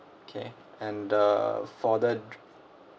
okay and uh for the dr~